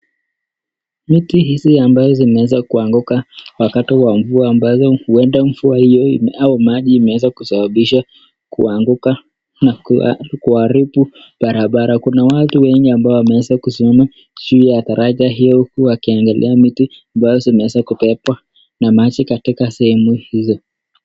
Miti hizi ambayo zinaweza kuanguka wakati wa mvua ambayo huenda mvua hiyo au maji imeweza kusababisha kuanguka na kuharibu barabara. Kunawatu wengi ambo wameweza kusimama juu ya daraja hii huku wakiangalia mti ambayo zinaweza kubebwa na maji katika sehemu hizo.